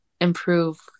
improve